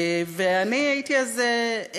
אני הייתי אז,